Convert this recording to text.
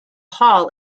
hall